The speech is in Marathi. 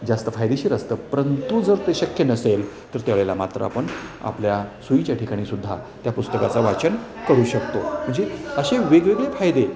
जास्त फायदेशीर असतं परंतु जर ते शक्य नसेल तर ते वेळेला मात्र आपण आपल्या सोयीच्या ठिकाणीसुद्धा त्या पुस्तकाचा वाचन करू शकतो म्हणजे असे वेगवेगळे फायदे